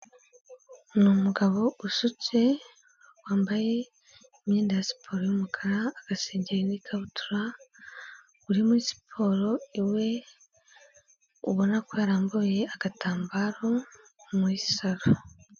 Ni umugabo usutse wambaye imyenda ya siporo y'umukara, agasengeri n'ikabutura, uri muri siporo iwe, ubona ko yarambuye agatambaro muri salo.